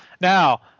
Now